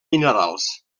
minerals